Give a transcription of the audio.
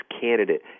candidate